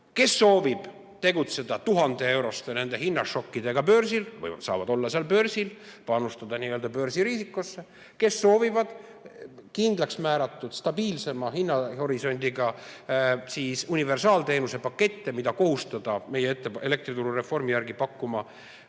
Kes soovib tegutseda 1000-euroste hinnašokkidega börsil, saavad olla seal börsil ja panustada börsi riisikosse, kes aga soovivad kindlaks määratud, stabiilsema hinnahorisondiga universaalteenuse pakette, mida kohustada meie elektrituru reformi järgi pakkuma